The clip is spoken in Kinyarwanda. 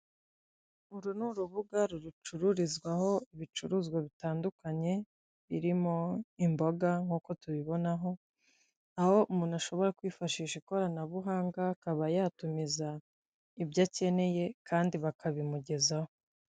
Uru ni urubuga rucururizwaho ibicuruzwa bitandukanye, birimo imboga nkuko tubibonaho, aho umuntu ashobora kwifashisha ikoranabuhanga akaba yatumiza ibyo akeneye kandi bakabimugezaho.